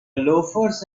loafers